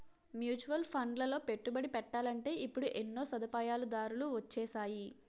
mutual ఫండ్లలో పెట్టుబడి పెట్టాలంటే ఇప్పుడు ఎన్నో సదుపాయాలు దారులు వొచ్చేసాయి